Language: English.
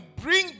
bring